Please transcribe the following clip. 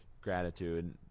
gratitude